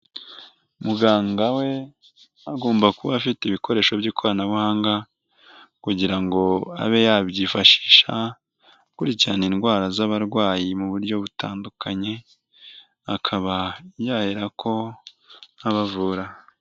Muganga we agomba kuba afite ibikoresho by'ikoranabuhanga kugira ngo abe yabyifashisha akurikirana indwara z'abarwayi mu buryo butandukanye, akaba yahera ko abavura.